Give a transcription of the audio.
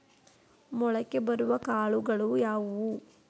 ಮೊಳಕೆ ಬರುವ ಕಾಳುಗಳು ಯಾವುವು?